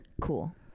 Cool